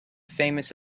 famous